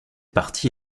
partie